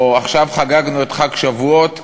או עכשיו חגגנו את חג השבועות,